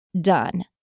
done